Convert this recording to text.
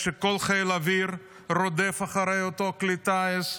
כשכל חיל האוויר רודף אחרי אותו כלי טיס,